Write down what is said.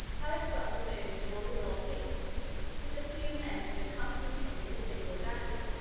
alexander moved toward the northeast with the few men who had accompanied him in his single galley.